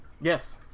Yes